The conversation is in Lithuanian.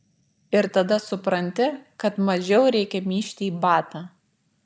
ir tada supranti kad mažiau reikia myžti į batą